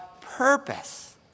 purpose